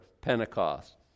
Pentecost